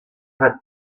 hat